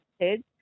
kids